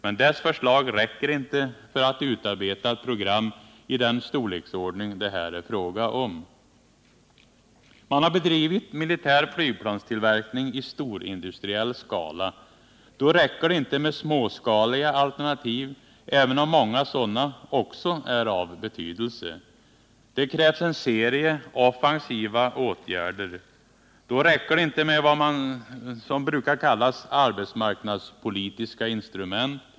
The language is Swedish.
Men dess förslag räcker inte för att utarbeta ett program av den storleksordning det här är fråga om. Man har bedrivit militär flygplanstillverkning i storindustriell skala. Då räcker det inte med småskaliga alternativ, även om många sådana också är av betydelse. Det krävs en serie offensiva åtgärder. Då räcker det inte med vad som brukar kallas arbetsmarknadspolitiska instrument.